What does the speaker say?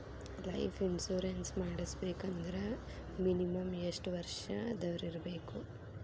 Life insurance ಮಾಡ್ಸ್ಬೇಕಂದ್ರ minimum ಯೆಷ್ಟ್ ವರ್ಷ ದವ್ರಿರ್ಬೇಕು?